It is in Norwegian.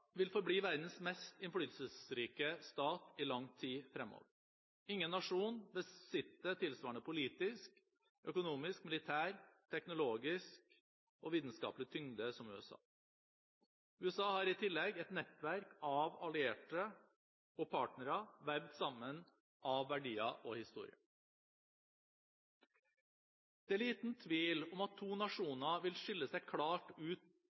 vil forbli verdens mest innflytelsesrike stat i lang tid fremover. Ingen nasjon besitter tilsvarende politisk, økonomisk, militær, teknologisk og vitenskapelig tyngde som USA. USA har i tillegg et nettverk av allierte og partnere, vevd sammen av verdier og historie. Det er liten tvil om at to nasjoner vil skille seg klart ut